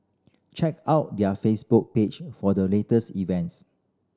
check out their Facebook page for the latest events